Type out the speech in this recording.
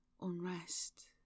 Unrest